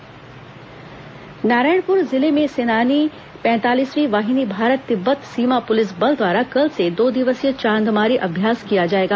नारायणपुर चांदमारी नारायणपुर जिले में सेनानी पैंतालीसवीं वाहिनी भारत तिब्बत सीमा पुलिस बल द्वारा कल से दो दिवसीय चांदमारी अभ्यास किया जाएगा